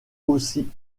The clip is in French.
aussi